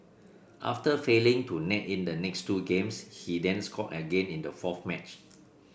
after failing to net in the next two games he then scored again in the fourth match